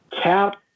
Cap